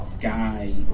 guy